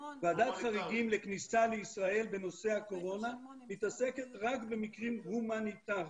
ועדת חריגים לכניסה לישראל בנושא הקורונה מתעסקת רק במקרים הומניטריים.